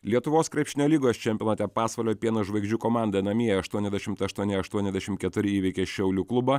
lietuvos krepšinio lygos čempionate pasvalio pieno žvaigždžių komanda namie aštuoniasdešimt aštuoni aštuoniasdešim keturi įveikė šiaulių klubą